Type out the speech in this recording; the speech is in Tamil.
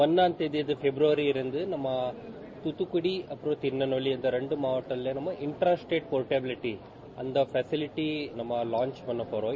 ஒன்றாம் தேதி பிட்ரவரியிலிருந்து நம்ம துத்துக்குடி திருநெல்வேலி இந்த இரண்டு மாவட்டங்களில் இன்ட்ரா ல்டேட் போர்டபிளிட்டி அந்த பெசிலிட்டி நாம வாஞ்ச் பண்ணப்போறோம்